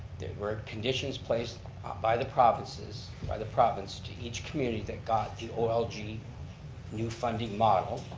there were conditions placed by the provinces, by the province to each community that got the olg new funding model.